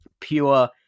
pure